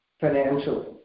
financially